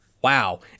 wow